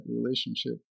relationship